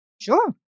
Sure